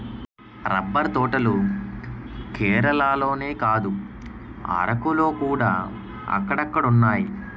rubber తోటలు కేరళలోనే కాదు అరకులోకూడా అక్కడక్కడున్నాయి